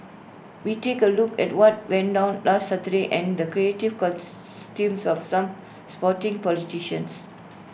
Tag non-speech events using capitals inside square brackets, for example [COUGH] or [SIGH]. we take A look at what went down last Saturday and the creative [UNINTELLIGIBLE] of some sporting politicians